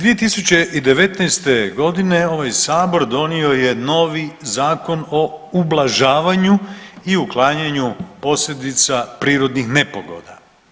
2019.g. ovaj sabor donio je novi Zakon o ublažavanju i uklanjanju posljedica prirodnih nepogoda.